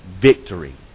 Victory